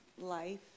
life